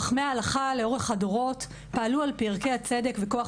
חכמי ההלכה לאורך הדורות פעלו על פי ערכי הצדק וכוח